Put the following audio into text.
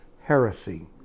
heresy